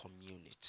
community